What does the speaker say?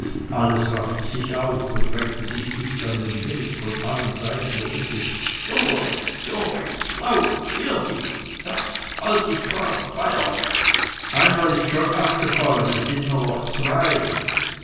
alles raffte sich auf und drängte sich dicht an den weg von allen seiten rief es so recht so recht lauft wehr dich sachs halt dich brav bayer einer ist schon abgefallen es sind nur noch zwei